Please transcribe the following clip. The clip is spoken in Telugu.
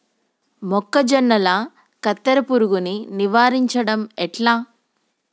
మొక్కజొన్నల కత్తెర పురుగుని నివారించడం ఎట్లా?